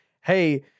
hey